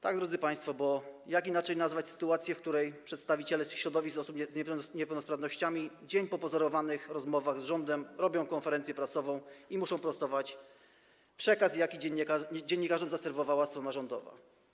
Tak, drodzy państwo, bo jak inaczej nazwać sytuację, w której przedstawiciele środowisk osób z niepełnosprawnościami dzień po pozorowanych rozmowach z rządem robią konferencję prasową i muszą prostować przekaz, jaki dziennikarzom zaserwowała strona rządowa.